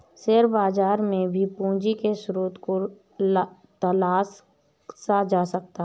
share बाजार में भी पूंजी के स्रोत को तलाशा जा सकता है